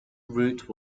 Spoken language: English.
route